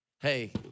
hey